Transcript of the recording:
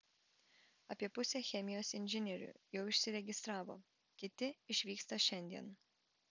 apie pusę chemijos inžinierių jau išsiregistravo kiti išvyksta šiandien